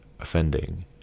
offending